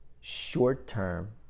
short-term